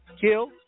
Kill